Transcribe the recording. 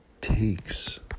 Takes